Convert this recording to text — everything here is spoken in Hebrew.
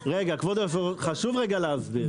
חשוב רגע להסביר.